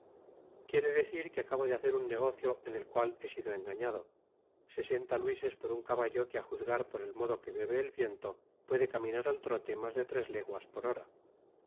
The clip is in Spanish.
quiere decir que acabo de hacer un negocio en el cual he sido engañado sesenta luises por un cabalto que á juzgar por et modo que bebe et viento puede caminar al trote mas de tres leguas por hora